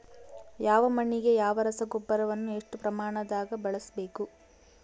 ಯಾವ ಮಣ್ಣಿಗೆ ಯಾವ ರಸಗೊಬ್ಬರವನ್ನು ಎಷ್ಟು ಪ್ರಮಾಣದಾಗ ಬಳಸ್ಬೇಕು?